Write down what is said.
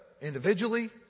individually